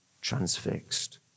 transfixed